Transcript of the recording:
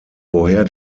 woher